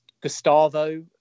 Gustavo